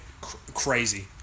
crazy